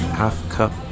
half-cup